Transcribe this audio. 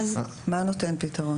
מה נותן פתרון?